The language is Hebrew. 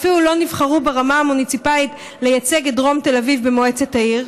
אפילו לא נבחרו ברמה המוניציפלית לייצג את דרום תל אביב במועצת העיר.